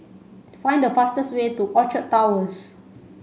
find the fastest way to Orchard Towers